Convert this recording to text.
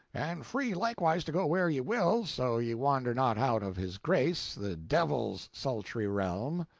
and free likewise to go where ye will, so ye wander not out of his grace the devil's sultry realm.